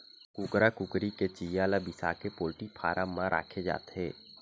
कुकरा कुकरी के चिंया ल बिसाके पोल्टी फारम म राखे जाथे